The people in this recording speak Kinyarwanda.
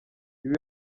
ibi